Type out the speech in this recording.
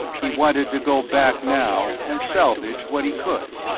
he wanted to go back now, and salvage what he could.